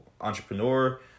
entrepreneur